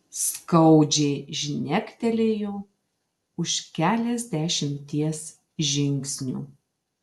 skaudžiai žnektelėjo už keliasdešimties žingsnių